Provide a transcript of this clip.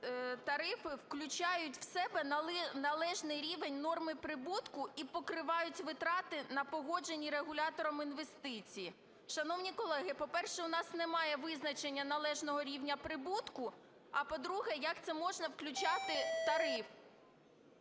тарифи включають в себе належний рівень норми прибутку і покривають витрати на погоджені регулятором інвестиції. Шановні колеги, по-перше, у нас немає визначення належного рівня прибутку. А, по-друге, як це можна включати тариф?